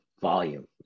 volume